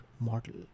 model